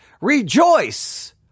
rejoice